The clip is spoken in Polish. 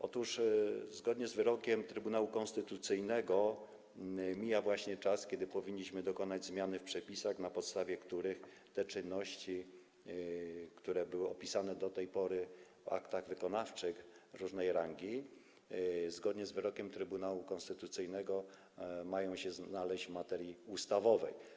Otóż zgodnie z wyrokiem Trybunału Konstytucyjnego właśnie mija czas, kiedy powinniśmy dokonać zmiany w przepisach, na podstawie których te czynności, które były opisane do tej pory w aktach wykonawczych różnej rangi, zgodnie z wyrokiem Trybunału Konstytucyjnego mają się znaleźć w materii ustawowej.